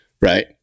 Right